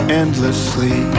endlessly